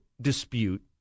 dispute